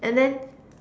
and then